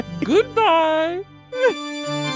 goodbye